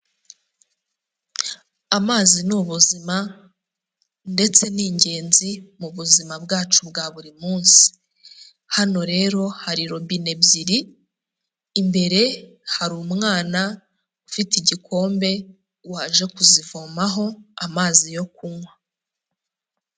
Amazi ni ubuzima ndetse n'ingenzi mu buzima bwacu bwa buri munsi, hano rero hari robine ebyiri, imbere hari umwana ufite igikombe waje kuzivomaho amazi yo kunywa.